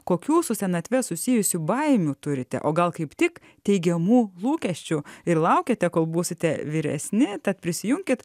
kokių su senatve susijusių baimių turite o gal kaip tik teigiamų lūkesčių ir laukiate kol būsite vyresni tad prisijunkit